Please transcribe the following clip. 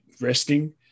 resting